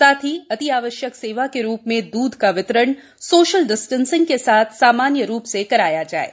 साथ ही अत्यावश्यक सेवा के रूप में दूध का वितरण सोशल डिस्टेंसिंग के साथ सामान्य रूप से कराया जाये